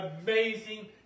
amazing